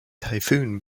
typhoon